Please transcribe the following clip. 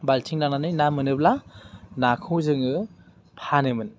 बाल्थिं लानानै ना मोनोब्ला नाखौ जोङो फानोमोन